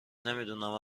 نمیدونم